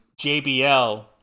JBL